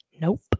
Nope